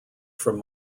from